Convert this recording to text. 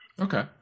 Okay